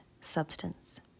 substance